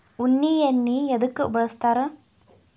ಉಣ್ಣಿ ಎಣ್ಣಿ ಎದ್ಕ ಬಳಸ್ತಾರ್?